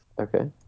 Okay